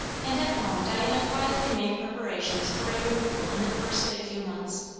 and at home diana quietly made preparations for a removal in the course of a few months.